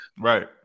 Right